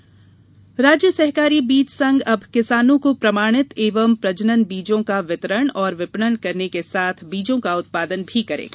बीज संघ राज्य सहकारी बीज संघ अब किसानों को प्रमाणित एवं प्रजनन बीजों का वितरण और विपणन करने के साथ बीजों का उत्पादन भी करेगा